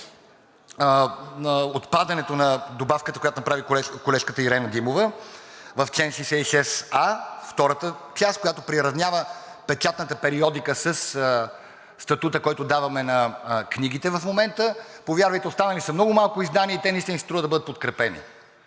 отпадането на добавката, която направи колежката Ирена Димова в чл. 66а – втората част, която приравнява печатната периодика със статута, който даваме на книгите в момента. Повярвайте, останали са много малко издания и те наистина си струва да бъдат подкрепени.